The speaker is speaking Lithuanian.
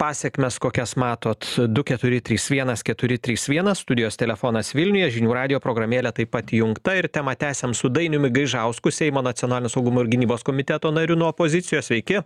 pasekmes kokias matot du keturi trys vienas keturi trys vienas studijos telefonas vilniuje žinių radijo programėlė taip pat įjungta ir temą tęsiam su dainiumi gaižausku seimo nacionalinio saugumo ir gynybos komiteto nariu nuo opozicijos sveiki